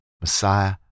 Messiah